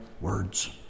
words